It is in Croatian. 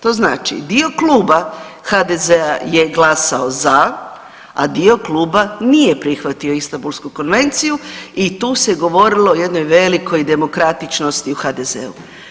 To znači dio kluba HDZ-a je glasao za, a dio kluba nije prihvatio Istanbulsku konvenciju i tu se govorilo o jednoj velikoj demokratičnosti u HDZ-u.